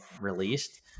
released